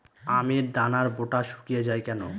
আমের দানার বোঁটা শুকিয়ে য়ায় কেন?